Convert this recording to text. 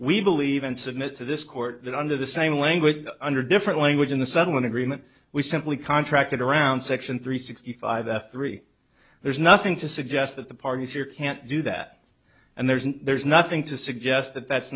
we believe and submit to this court that under the same language under different language in the sudden agreement we simply contracted around section three sixty five the three there's nothing to suggest that the parties here can't do that and there's and there's nothing to suggest that that's